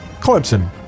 Clemson